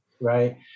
right